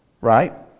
right